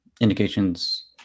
indications